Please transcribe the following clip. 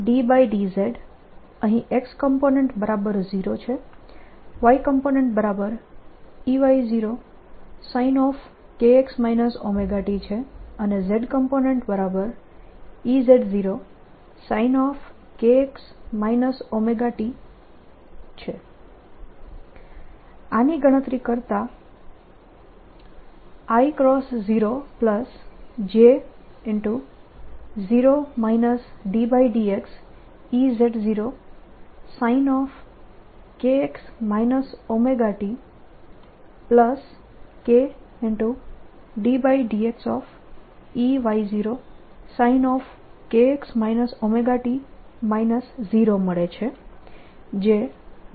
આની ગણતરી કરતા i×0j 0 ∂xEz0sin kx ωtk∂xEy0sin kx ωt 0 મળે છે